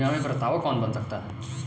बीमा में प्रस्तावक कौन बन सकता है?